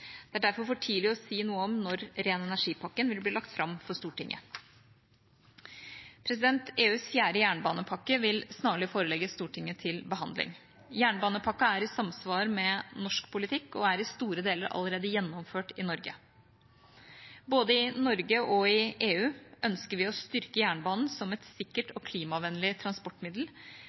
Det er derfor for tidlig å si noe om når ren energi-pakken vil bli lagt fram for Stortinget. EUs fjerde jernbanepakke vil snarlig forelegges Stortinget til behandling. Jernbanepakken er i samsvar med norsk politikk og er i store deler allerede gjennomført i Norge. Både i Norge og i EU ønsker vi å styrke jernbanen som et sikkert og klimavennlig transportmiddel